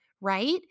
right